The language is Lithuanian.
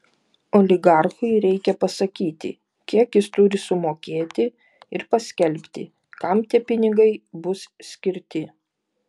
oligarchui reikia pasakyti kiek jis turi sumokėti ir paskelbti kam tie pinigai bus skirti